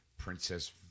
Princess